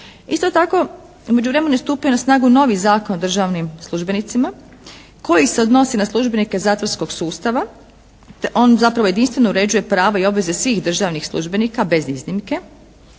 Isto tako, u međuvremenu je stupio na snagu novi Zakon o državnim službenicima koji se odnosi na službenike zatvorskog sustava, te on zapravo jedinstveno uređuje prava i obaveze svih državnih službenika, bez iznimke.